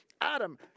Adam